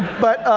but